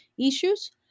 issues